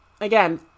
again